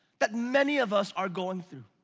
that many of us are going through.